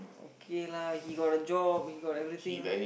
okay lah you got the job you got everything